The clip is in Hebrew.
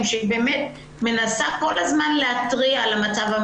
שבאמת מנסה כל הזמן להתריע על המצב.